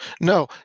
No